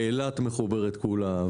אילת מחוברת כולה,